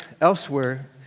elsewhere